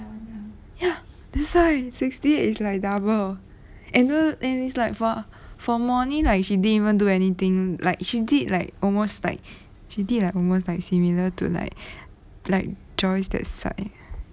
ya that's why sixty eight is like double and you know it's like for for morning like she didn't even do anything like she did like almost like she did like almost like similar to like like joyce that side